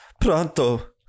pronto